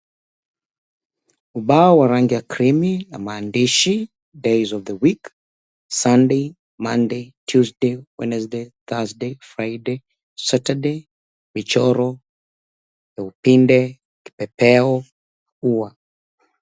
Ubao wa rangi ya krimi na maandishi Days of the Week, Sunday, Monday, Tuesday, Wednesday, Thursday, Friday, Saturday, michoro ya upinde, kipepeo, ua.